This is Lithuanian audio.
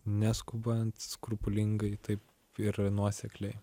neskubant skrupulingai taip ir nuosekliai